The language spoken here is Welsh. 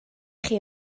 chi